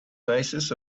basis